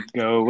go